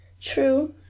True